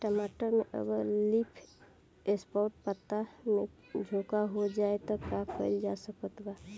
टमाटर में अगर लीफ स्पॉट पता में झोंका हो जाएँ त का कइल जा सकत बा?